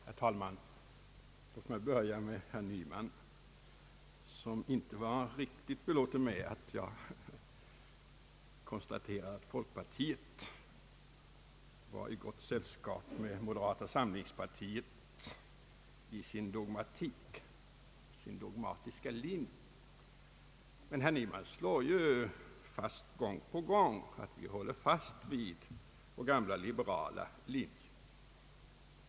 Herr talman! Låt mig börja med herr Nyman, som inte var riktigt belåten med att jag konstaterade att folkpartiet var i gott sällskap med moderata samlingspartiet i sin dogmatiska linje. Men herr Nyman slår ju själv fast gång på gång att ni håller fast vid er gamla liberala linje!